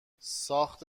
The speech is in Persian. ساخت